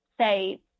say